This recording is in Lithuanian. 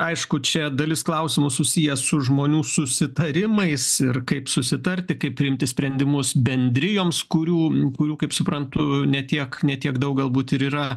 aišku čia dalis klausimų susiję su žmonių susitarimais ir kaip susitarti kaip priimti sprendimus bendrijoms kurių kurių kaip suprantu ne tiek ne tiek daug galbūt ir yra